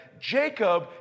Jacob